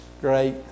great